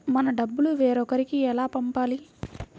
మన డబ్బులు వేరొకరికి ఎలా పంపాలి?